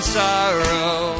sorrow